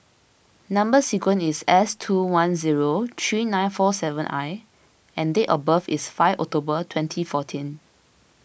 Number Sequence is S two one zero three nine four seven I and date of birth is five October twenty fourteen